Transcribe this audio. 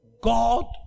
God